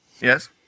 Yes